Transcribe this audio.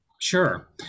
Sure